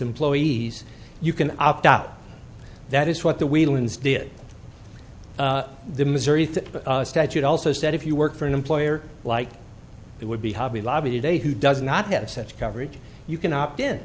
employees you can opt out that is what the whelan's did the missouri statute also said if you work for an employer like it would be hobby lobby today who does not have such coverage you can opt in